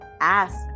ask